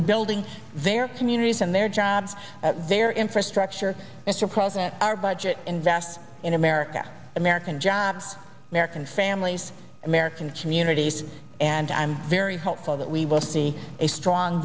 rebuilding their communities and their jobs their infrastructure president our budget invests in america american jobs american families american communities and i'm very hopeful that we will see a strong